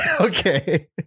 Okay